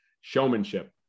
Showmanship